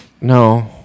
no